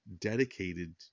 dedicated